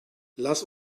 lass